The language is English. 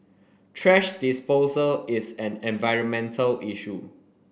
thrash disposal is an environmental issue